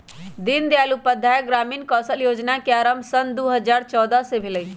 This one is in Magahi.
दीनदयाल उपाध्याय ग्रामीण कौशल जोजना के आरम्भ सन दू हज़ार चउदअ से भेलइ